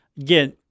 again